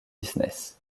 business